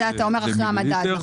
זה אתה אומר אחרי המדד.